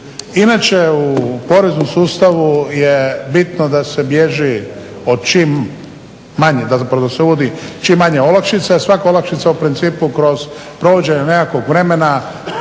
Inače u poreznom sustavu je bitno da se bježi od čim manje, dakle da se uvodi čim manje olakšica. Svaka olakšica u principu kroz prođe od nekakvog vremena,